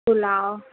pulao